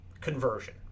conversion